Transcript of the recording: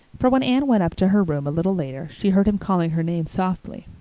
for when anne went up to her room a little later she heard him calling her name softly.